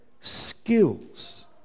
skills